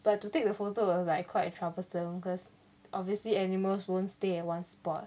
but to take the photo was like quite troublesome because obviously animals won't stay at one spot